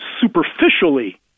superficially